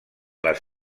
les